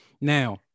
Now